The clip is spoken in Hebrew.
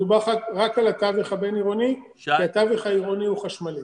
מדובר רק על התווך הבין עירוני כי התווך העירוני הוא חשמלי.